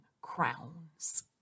crowns